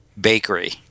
bakery